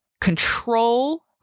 control